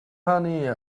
хааны